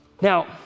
Now